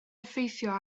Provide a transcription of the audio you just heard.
effeithio